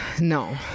No